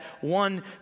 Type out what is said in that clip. one